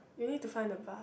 you need to find the bus